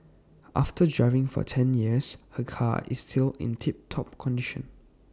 after driving for ten years her car is still in tip top condition